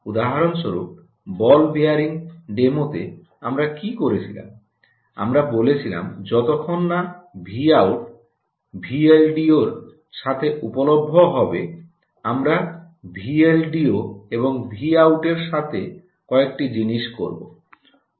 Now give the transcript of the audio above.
উদাহরণস্বরূপ ball bearing ডেমোতে আমরা কি করেছিলাম আমরা বলেছিলাম যতক্ষণ না ভিআউট ভিএলডিও এর সাথে উপলভ্য হবে আমরা ভিএলডিও এবং ভিআউট এর সাথে কয়েকটি জিনিস করব